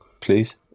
please